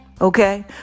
Okay